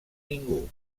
ningú